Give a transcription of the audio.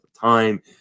time